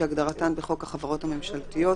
כהגדרתן בחוק החברות הממשלתיות,